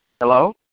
Hello